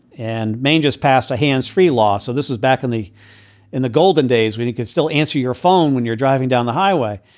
and maine just passed a hands free law. so this is back in the in the golden days when you can still answer your phone when you're driving down the highway.